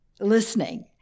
listening